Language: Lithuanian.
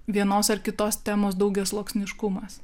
vienos ar kitos temos daugiasluoksniškumas